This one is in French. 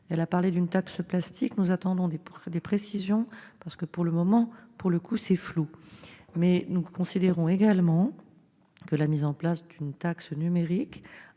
elle a aussi évoqué une « taxe plastique », nous attendons des précisions parce que, pour le moment, pour le coup, c'est flou ! Nous considérons également que la mise en place d'une taxe numérique